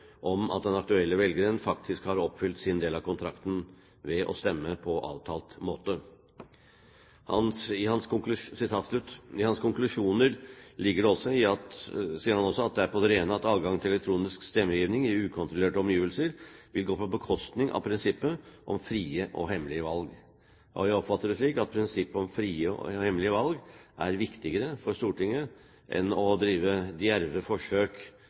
om at den aktuelle velgeren faktisk har oppfylt sin del av «kontrakten» ved å stemme på avtalt måte.» I sin oppsummering sier han også: «Det er på det rene at elektronisk stemmegivning i ukontrollerte omgivelser vil gå på bekostning av prinsippet om frie og hemmelige valg.» Vi oppfatter det slik at prinsippet om frie og hemmelige valg er viktigere for Stortinget enn å drive djerve forsøk